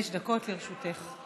בבקשה, חמש דקות לרשותך.